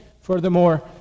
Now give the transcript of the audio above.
Furthermore